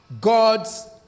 God's